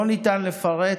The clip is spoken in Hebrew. לא ניתן לפרט